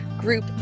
group